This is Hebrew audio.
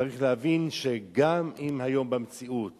צריך להבין, גם אם המציאות